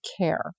care